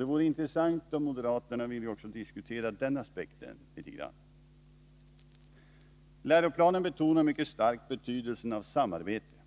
Det vore intressant om moderaterna ville diskutera också den aspekten litet grand. Läroplanen betonar mycket starkt betydelsen av samarbete.